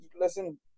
listen